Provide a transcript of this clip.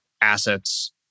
assets